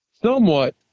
somewhat